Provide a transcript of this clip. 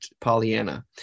Pollyanna